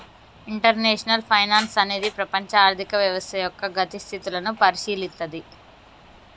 international finance అనేది ప్రపంచ ఆర్థిక వ్యవస్థ యొక్క గతి స్థితులను పరిశీలిత్తది